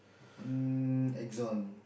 um Axon